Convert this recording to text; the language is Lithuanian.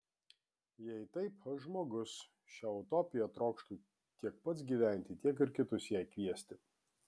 jei taip aš žmogus šia utopija trokštu tiek pats gyventi tiek ir kitus jai kviesti